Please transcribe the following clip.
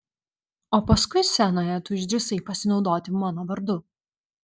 o paskui scenoje tu išdrįsai pasinaudoti mano vardu